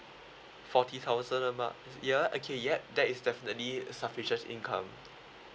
forty thousand a mon~ year ya actually yup that is definitely sufficient income